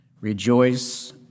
Rejoice